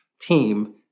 team